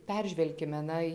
peržvelkime na